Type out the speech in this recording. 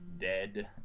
dead